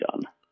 done